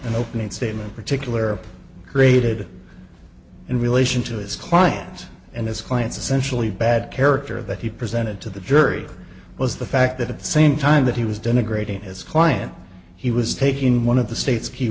the opening statement particular created in relation to his client and his client's essentially bad character that he presented to the jury was the fact that at the same time that he was denigrating his client he was taking one of the states he